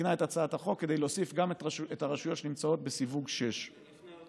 ותיקנה את הצעת החוק כדי להוסיף גם את הרשויות שבסיווג 6. בנוסף,